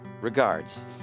Regards